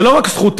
זו לא רק זכותנו,